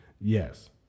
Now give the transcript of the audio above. yes